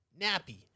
Nappy